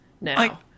now